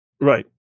Right